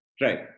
Right